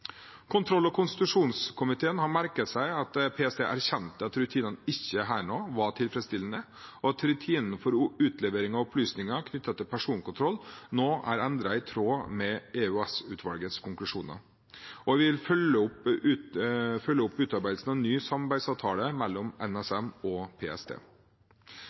Kontroll- og konstitusjonskomiteen har merket seg at PST erkjente at rutinene ikke var tilfredsstillende, og at rutinene for utlevering av opplysninger knyttet til personkontroll nå er endret i tråd med EOS-utvalgets konklusjoner. Vi vil følge opp utarbeidelsen av ny samarbeidsavtale mellom NSM og PST.